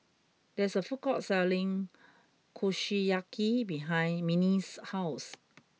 there is a food court selling Kushiyaki behind Minnie's house